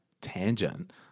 tangent